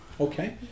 Okay